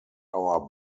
our